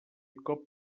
cop